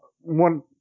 one